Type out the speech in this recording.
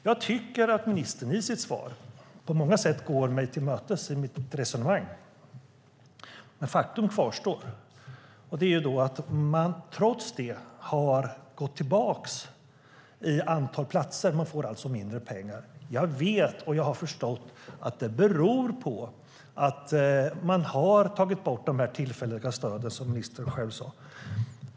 Jag tycker att ministern i sitt svar på många sätt går mig till mötes i mitt resonemang. Men faktum kvarstår, nämligen att antalet platser har minskat. Universitetet får alltså mindre pengar. Jag vet och har förstått att det beror på att man har tagit bort de tillfälliga stöden, vilket ministern själv sade.